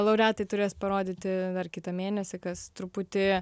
laureatai turės parodyti dar kitą mėnesį kas truputį